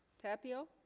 tapio